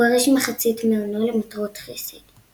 הוא הוריש מחצית מהונו למטרות חסד.